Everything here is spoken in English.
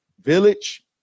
village